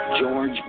George